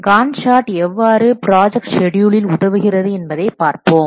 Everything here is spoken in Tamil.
காண்ட் சார்ட் எவ்வாறு ப்ராஜெக்ட் ஷெட்யூலில் உதவுகிறது என்பதை பார்ப்போம்